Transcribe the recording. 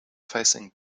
facing